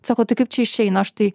sako tai kaip čia išeina aš tai